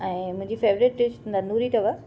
ऐं मुंहिंजी favourite dish ननूरी अथव